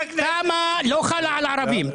תמ"א 38 לא חל על הערבים,